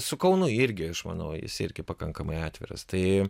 su kaunu irgi aš manau jis irgi pakankamai atviras tai